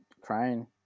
crying